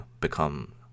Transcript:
become